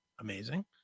amazing